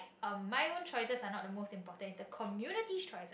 um my own choices are not the most important is the community's choices